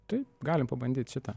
tai galim pabandyt šitą